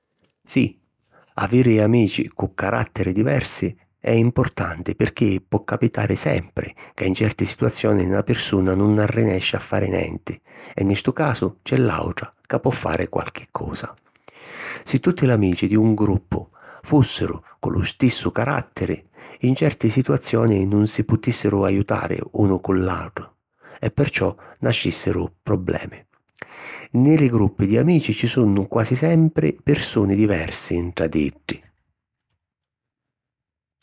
Sì, aviri amici cu caràtteri diversi è importanti pirchì po capitari sempri ca in certi situazioni na pirsuna nun arrinesci a fari nenti e nni stu casu c’è l’àutra ca po fari qualchi cosa. Si tutti l’amici di un gruppu fùssiru cu lu stissu caràtteri, in certi situazioni nun si putìssiru ajutari unu cu l’àutru e perciò nascìssiru problemi. Nni li gruppi di amici ci sunnu quasi sempri pirsuni diversi ntra d’iddi.